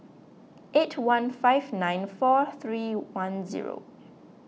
eight one five nine four three one zero